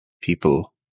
people